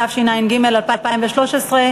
התשע"ג 2013,